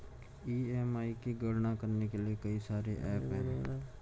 EMI की गणना करने के लिए कई सारे एप्प हैं